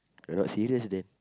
you're not serious then